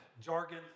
jargon